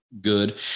good